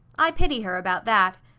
i pity her about that.